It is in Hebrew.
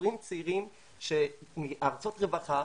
בחורים צעירים מארצות רווחה,